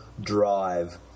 drive